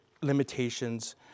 limitations